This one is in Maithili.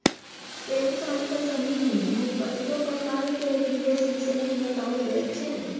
स्वयं सहायता समूह मे कतेको प्रकार केर निबेश विषय मे बताओल जाइ छै